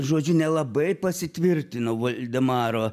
žodžiu nelabai pasitvirtino voldemaro